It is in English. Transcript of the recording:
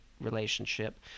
relationship